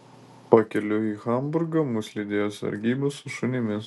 pakeliui į hamburgą mus lydėjo sargyba su šunimis